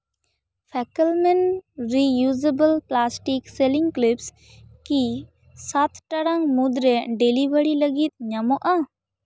cycle ᱢᱮᱱ reusable plastics sealing clips ᱠᱤ ᱥᱟᱛ ᱴᱟᱲᱟᱝ ᱢᱩᱫᱽᱨᱮ ᱰᱮᱞᱤᱵᱷᱟᱨᱤ ᱞᱟᱹᱜᱤᱫ ᱧᱟᱢᱚᱜᱼᱟ